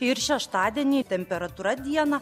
ir šeštadienį temperatūra dieną